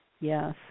yes